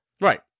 Right